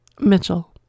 Mitchell